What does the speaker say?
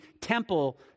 temple